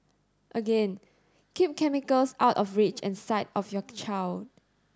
again keep chemicals out of reach and sight of your child